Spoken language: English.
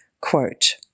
Quote